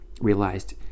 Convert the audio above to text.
realized